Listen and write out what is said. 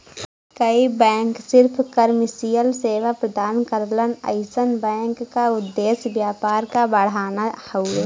कई बैंक सिर्फ कमर्शियल सेवा प्रदान करलन अइसन बैंक क उद्देश्य व्यापार क बढ़ाना हउवे